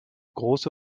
große